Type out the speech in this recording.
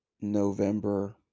November